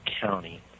county